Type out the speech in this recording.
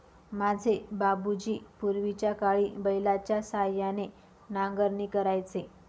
माझे बाबूजी पूर्वीच्याकाळी बैलाच्या सहाय्याने नांगरणी करायचे